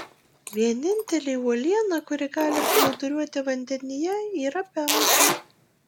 vienintelė uoliena kuri gali plūduriuoti vandenyje yra pemza